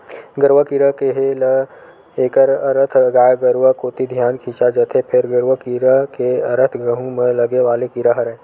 गरुआ कीरा केहे ल एखर अरथ गाय गरुवा कोती धियान खिंचा जथे, फेर गरूआ कीरा के अरथ गहूँ म लगे वाले कीरा हरय